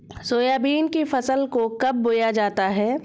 Soybean की फसल को कब बोया जाता है?